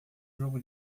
jogo